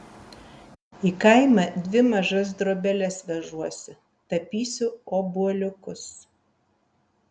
į kaimą dvi mažas drobeles vežuosi tapysiu obuoliukus